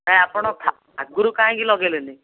ନାଇ ଆପଣ ଆଗରୁ କାହିଁକି ଲଗେଇଲେନି